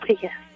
yes